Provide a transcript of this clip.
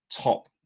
top